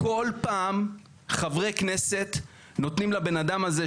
בכל פעם חברי כנסת נותנים לבן אדם הזה,